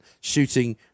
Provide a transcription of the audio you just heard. shooting